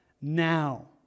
now